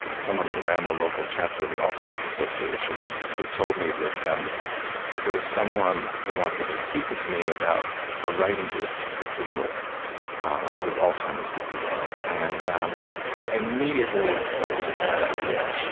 someone who ran the local chapter of the alzheimer's association and who told me that um there was someone who wanted to speak with me about a writing group for people with alzheimer's disease. and um i immediately thought it was a bad idea